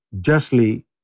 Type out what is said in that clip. justly